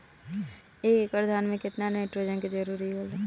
एक एकड़ धान मे केतना नाइट्रोजन के जरूरी होला?